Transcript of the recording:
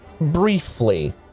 briefly